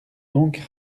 donc